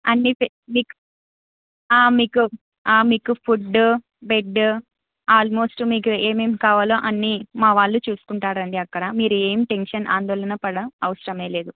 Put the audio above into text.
అన్నీ మీకు మీకు ఆ మీకు ఫుడ్డు బెడ్డు ఆల్మోస్ట్ మీకు ఏమేమి కావాలో అన్నీ మా వాళ్ళు చూసుకుంటారు అండి అక్కడ మీరేమి టెన్షన్ ఆందోళన పడ అవసరమే లేదు